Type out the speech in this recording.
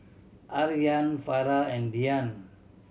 Aryan Farah and Dian